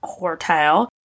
quartile